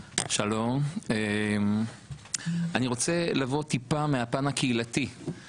שלום, אני רוצה לבוא טיפה מהפן הקהילתי.